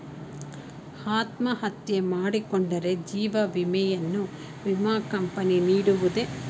ಅತ್ಮಹತ್ಯೆ ಮಾಡಿಕೊಂಡರೆ ಜೀವ ವಿಮೆಯನ್ನು ವಿಮಾ ಕಂಪನಿ ನೀಡುವುದೇ?